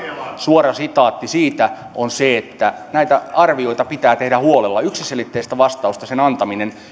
suora sitaatti siitä on se että näitä arvioita pitää tehdä huolella yksiselitteisen vastauksen antamista